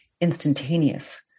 instantaneous